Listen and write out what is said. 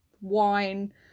wine